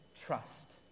trust